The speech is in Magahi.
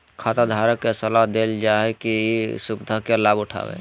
खाताधारक के सलाह देल जा हइ कि ई सुविधा के लाभ उठाय